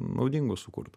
naudingo sukurt